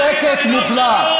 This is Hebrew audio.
שקט מוחלט.